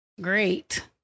great